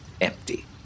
empty